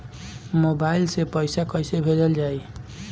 Mobile से पैसा कैसे भेजल जाइ?